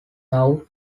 now